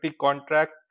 contract